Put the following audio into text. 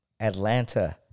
Atlanta